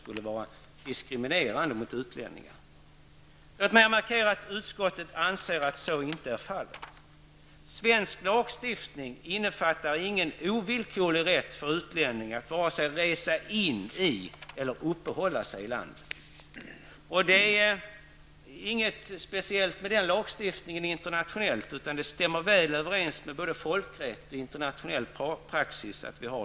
Låt mig markera att utskottet anser att så inte är fallet. Svensk lagstiftning innefattar ingen ovillkorlig rätt för utlänningar att vare sig resa in i eller uppehålla sig i landet. Det är inget speciellt med den lagstiftningen internationellt sett, utan dessa förhållanden stämmer väl överens med både folkrätt och internationell praxis.